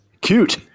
Cute